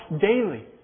daily